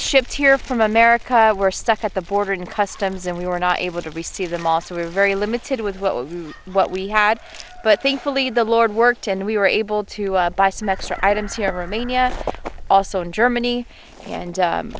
shipped here from america we're stuck at the border in customs and we were not able to receive them all so we were very limited with what we had but thankfully the lord worked and we were able to buy some extra items here for mania also in germany and